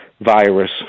virus